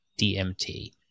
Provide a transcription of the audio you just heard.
DMT